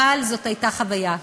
אבל זאת הייתה חוויה.